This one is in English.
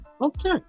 Okay